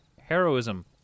heroism